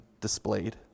displayed